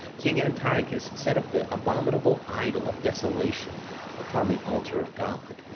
king antiochus set up the abominable idol of desolation upon the altar of god,